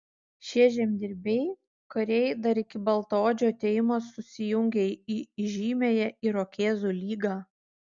šie žemdirbiai kariai dar iki baltaodžių atėjimo susijungė į įžymiąją irokėzų lygą